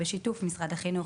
בשיתוף משרד החינוך,